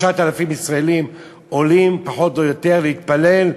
9,000 ישראלים פחות או יותר עולים להתפלל.